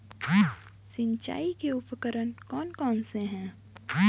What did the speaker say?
सिंचाई के उपकरण कौन कौन से हैं?